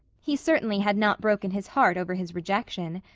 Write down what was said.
he certainly had not broken his heart over his rejection.